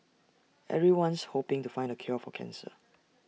everyone's hoping to find the cure for cancer